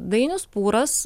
dainius pūras